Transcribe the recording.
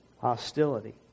hostility